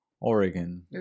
Oregon